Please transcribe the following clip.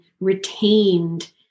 retained